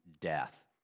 death